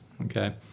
okay